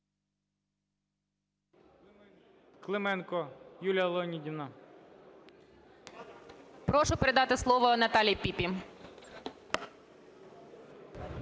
Прошу передати слово Наталії Піпі.